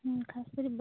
ଖାଇ ସାରି